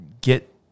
get